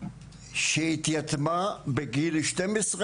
שהתייתמה בגיל 12,